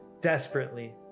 desperately